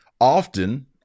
Often